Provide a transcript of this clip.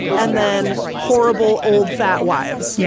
and then horrible, old, fat wives. yeah